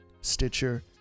stitcher